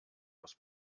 aus